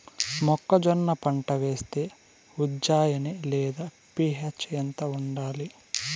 మొక్కజొన్న పంట వేస్తే ఉజ్జయని లేదా పి.హెచ్ ఎంత ఉండాలి?